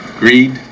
greed